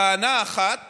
טענה אחת